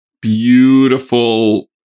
beautiful